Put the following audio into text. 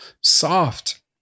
soft